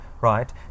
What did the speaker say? right